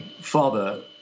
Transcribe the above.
father